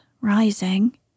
rising